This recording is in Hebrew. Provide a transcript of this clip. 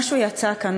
משהו יצא כאן.